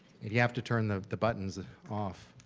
you have to turn the the buttons off.